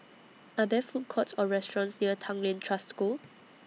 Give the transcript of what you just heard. Are There Food Courts Or restaurants near Tanglin Trust School